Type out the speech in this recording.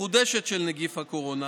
מחודשת של נגיף הקורונה